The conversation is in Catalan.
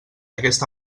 aquesta